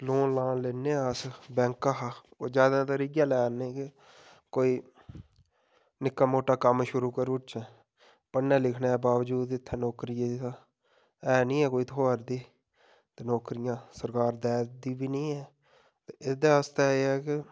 loan लान लैन्ने आं अस बैंक दा ओह् ज्यादातर इ'यै लै न कि कोई निक्का मुट्टा कम्म शुरू करु उड़चै पढ़ने लिखने दे बाबजूद इत्थें नौकरी दी ते ऐ नी कोई थ्होऐ रदी ते नौकरियां सरकार दे दी बी नी ऐ एह्दे आस्तै एह् ऐ कि